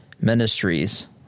Ministries